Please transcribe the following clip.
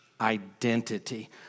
Identity